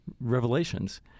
revelations